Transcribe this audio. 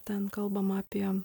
ten kalbama apie